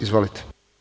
Izvolite.